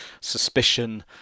suspicion